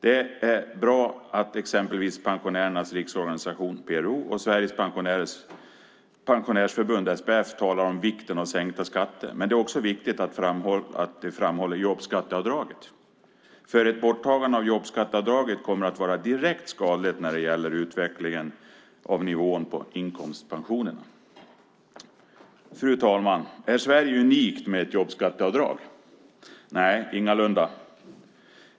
Det är bra att exempelvis Pensionärernas Riksorganisation, PRO, och Sveriges Pensionärsförbund, SPF, talar om vikten av sänkta skatter. Men det är också viktigt att framhålla jobbskatteavdraget, för ett borttagande av jobbskatteavdraget kommer att vara direkt skadligt när det gäller utvecklingen av nivån på inkomstpensionerna. Fru talman! Är Sverige unikt när det gäller att ha ett jobbskatteavdrag? Nej, ingalunda.